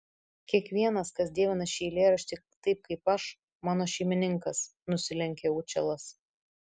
kiekvienas kas dievina šį eilėraštį taip kaip aš mano šeimininkas nusilenkė učelas